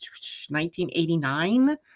1989